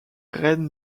rennes